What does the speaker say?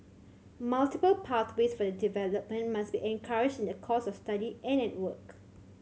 multiple pathways for development must be encouraged in the course of study and at work